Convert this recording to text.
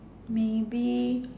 maybe